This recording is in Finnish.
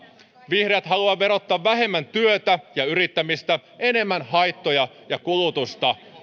vihreät haluaa verottaa vähemmän työtä ja yrittämistä enemmän haittoja ja kulutusta